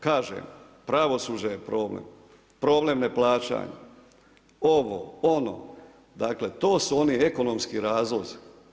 Kažem, pravosuđe je problem, problem neplaćanja, ovo, ono dakle to su oni ekonomski razlozi.